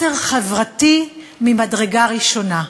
מסר חברתי ממדרגה ראשונה,